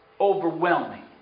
overwhelming